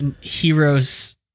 Heroes